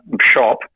shop